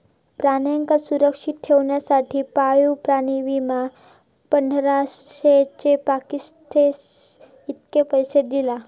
प्राण्यांका सुरक्षित ठेवच्यासाठी पाळीव प्राणी विमा, पंधराशे ते पस्तीसशे इतके पैशे दिता